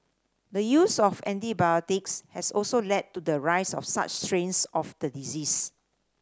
the use of antibiotics has also led to the rise of such strains of the disease